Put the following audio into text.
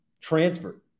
transferred